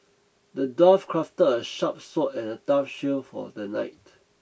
the dwarf crafted a sharp sword and a tough shield for the knight